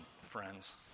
friends